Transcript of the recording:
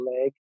leg